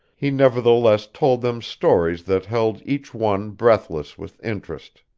he nevertheless told them stories that held each one breathless with interest.